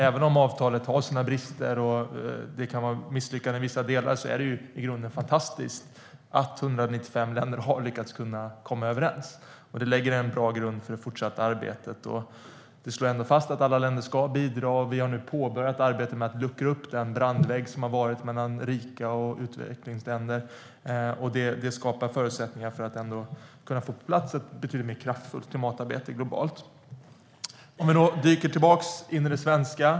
Även om avtalet har sina brister och kan anses misslyckat i vissa delar är det i grunden fantastiskt att 195 länder har lyckats komma överens. Avtalet lägger en bra grund för det fortsatta arbetet och slår fast att alla länder ska bidra. Vi har nu påbörjat arbetet med att luckra upp den brandvägg som funnits mellan rika länder och utvecklingsländer. Det skapar förutsättningar för att få på plats ett betydligt mer kraftfullt klimatarbete globalt. Vi dyker tillbaka in i det svenska.